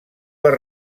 per